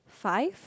five